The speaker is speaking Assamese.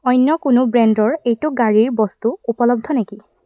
অন্য কোনো ব্ৰেণ্ডৰ এইটো গাড়ীৰ বস্তু উপলব্ধ নেকি